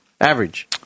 Average